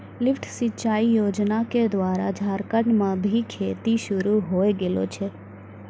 lift सिंचाई योजना क द्वारा झारखंड म भी खेती शुरू होय गेलो छै